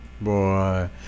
Boy